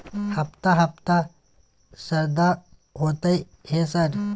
हफ्ता हफ्ता शरदा होतय है सर?